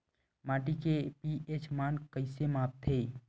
माटी के पी.एच मान कइसे मापथे?